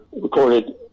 recorded